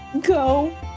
go